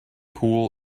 pool